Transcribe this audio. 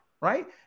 right